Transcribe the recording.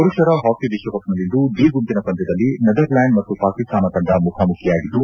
ಪುರುಷರ ಹಾಕಿ ವಿಶ್ವಕಪ್ನಲ್ಲಿಂದು ಡಿ ಗುಂಪಿನ ಪಂದ್ಯದಲ್ಲಿ ನೆದರ್ಲ್ಡಾಂಡ್ ಮತ್ತು ಪಾಕಿಸ್ತಾನ ತಂಡ ಮುಖಾಮುಖಿಯಾಗಿದ್ದು